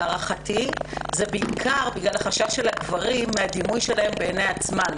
להערכתי זה נובע בעיקר מן החשש של גברים מן הדימוי שלהם בעיניי עצמם,